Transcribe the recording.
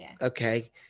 Okay